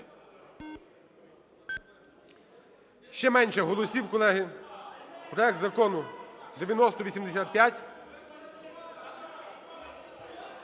Ще менше голосів, колеги. Проект Закону 9085…